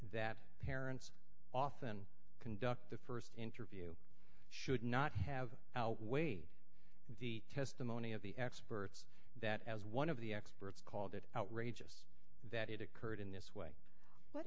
that parents often conduct the st interview should not have outweighed the testimony of the experts that as one of the experts called it outrageous that it occurred in this way what